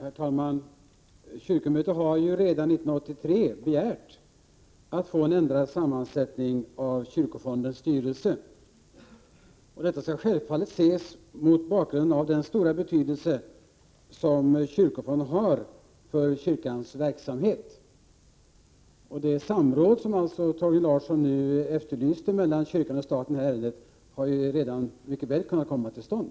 Herr talman! Kyrkomötet har ju redan 1983 begärt att få ändrad sammansättning av kyrkofondens styrelse. Detta skall självfallet ses mot bakgrund av den stora betydelse som kyrkofonden har för kyrkans verksamhet. Det samråd som Torgny Larsson nu efterlyste mellan kyrkan och staten hade mycket väl redan kunnat komma till stånd.